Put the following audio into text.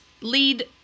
lead